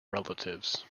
relatives